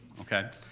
okay?